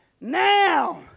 now